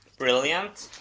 brilliant.